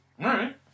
right